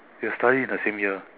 we got study in the same year